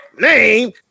name